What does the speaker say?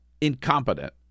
incompetent